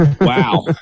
Wow